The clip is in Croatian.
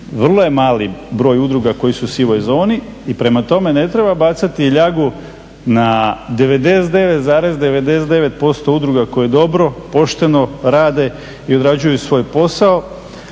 vrlo je mali broj udruga koje su u sivoj zoni i prema tome ne treba bacati ljagu na 99,99% udruga koje dobro, pošteno rade i odrađuju svoj posao.